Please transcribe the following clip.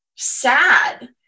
sad